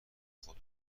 خود